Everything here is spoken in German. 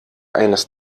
eines